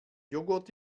joghurt